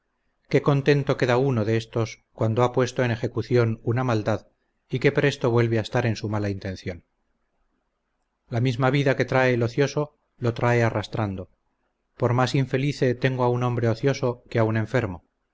qué contento queda uno de estos cuando ha puesto en ejecución una maldad y qué presto vuelve a estar en su mala intención la misma vida que trae el ocioso lo trae arrastrando por más infelice tengo a un hombre ocioso que a un enfermo